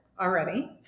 already